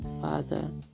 Father